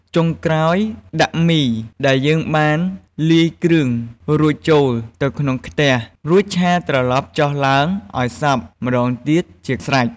ចុងក្រោយ ដាក់មីដែលយើងបានលាយគ្រឿងរួចចូលទៅក្នុងខ្ទះ រួចឆាត្រឡប់ចុះឡើងឱ្យសព្វម្តងទៀតជាស្រេច។